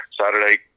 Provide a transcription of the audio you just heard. saturday